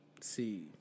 See